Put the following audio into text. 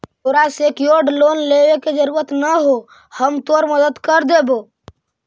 तोरा secured loan लेने के जरूरत न हो, हम तोर मदद कर देबो